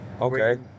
Okay